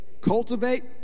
cultivate